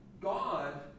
God